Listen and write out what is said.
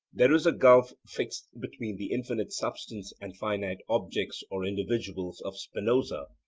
there is a gulf fixed between the infinite substance and finite objects or individuals of spinoza,